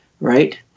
right